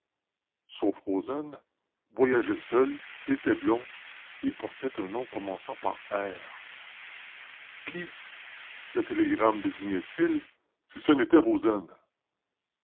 sauf rozaine voyageait seul était blond et portait un nom commençant par r qui le télégramme désignait il si ce n'était rozaine